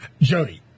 Jody